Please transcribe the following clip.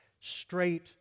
straight